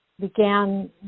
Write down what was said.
began